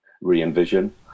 re-envision